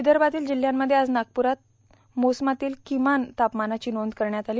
विदर्भातील जिल्ह्यांमध्ये आज नागपुरात मोसमातील किमान तापमानाची नोंद करण्यात आली आहे